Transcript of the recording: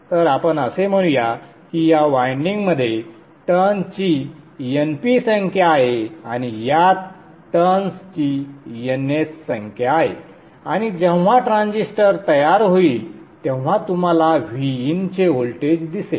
तर आपण असे म्हणूया की या वायंडिंग मध्ये टर्न्स ची Np संख्या आहे आणि यात टर्न्स ची Ns संख्या आहे आणि जेव्हा ट्रान्झिस्टर तयार होईल तेव्हा तुम्हाला Vin चे व्होल्टेज दिसेल